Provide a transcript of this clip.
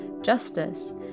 justice